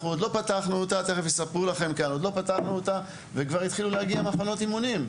אנחנו עוד לא פתחנו אותה וכבר התחילו להגיע מחנות אימונים.